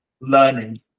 learning